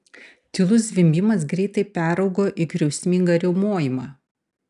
tylus zvimbimas greitai peraugo į griausmingą riaumojimą